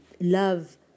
love